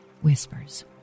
whispers